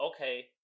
Okay